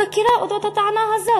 חקירה על הטענה הזאת,